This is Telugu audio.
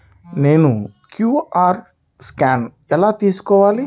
నేను క్యూ.అర్ స్కాన్ ఎలా తీసుకోవాలి?